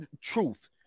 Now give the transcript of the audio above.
Truth